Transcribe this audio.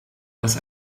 das